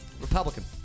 Republican